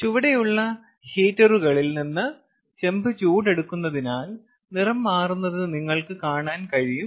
ചുവടെയുള്ള ഹീറ്ററുകളിൽ നിന്ന് ചെമ്പ് ചൂട് എടുക്കുന്നതിനാൽ നിറം മാറുന്നത് നിങ്ങൾക്ക് കാണാൻ കഴിയും